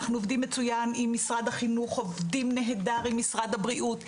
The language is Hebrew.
אנחנו עובדים נהדר עם משרד הבריאות,